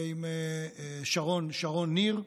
ועם שרון ניר,